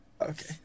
Okay